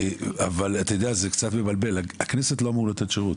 זה קצת מבלבל הכנסת לא אמורה לתת שירות,